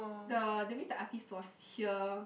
the that means the artist was here